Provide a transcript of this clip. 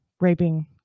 raping